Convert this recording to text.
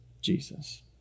Jesus